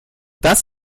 das